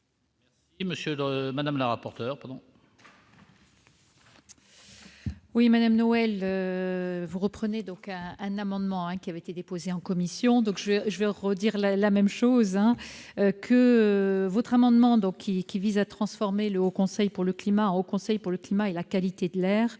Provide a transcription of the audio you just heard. madame la rapporteure